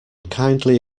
kindly